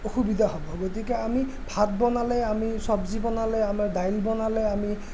অসুবিধা হ'ব গতিকে আমি ভাত বনালে আমি চব্জি বনালে আমাৰ দাইল বনালে আমি